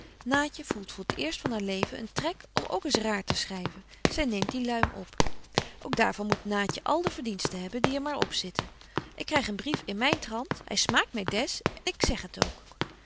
naatje voelt voor t eerst van haar leven een trek om ook eens raar te schryven zyneemt betje wolff en aagje deken historie van mejuffrouw sara burgerhart dien luim op ook daar van moet naatje al de verdiensten hebben die er maar opzitten ik kryg een brief in myn trant hy smaakt my des ik zeg het ook